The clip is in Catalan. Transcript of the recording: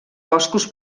boscos